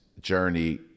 journey